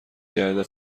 کرده